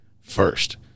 first